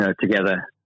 together